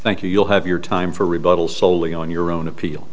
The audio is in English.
thank you you'll have your time for rebuttal soley on your own appeal